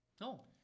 no